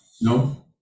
No